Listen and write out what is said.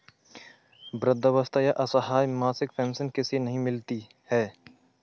वृद्धावस्था या असहाय मासिक पेंशन किसे नहीं मिलती है?